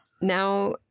now